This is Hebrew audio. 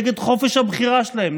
נגד חופש הבחירה שלהם,